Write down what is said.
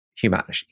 humanity